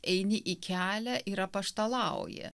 eini į kelią ir apaštalauji